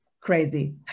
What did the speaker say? crazy